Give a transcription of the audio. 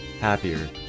happier